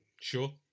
Sure